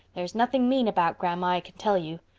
there's nothing mean about grandma, i can tell you.